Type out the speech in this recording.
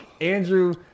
Andrew